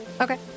Okay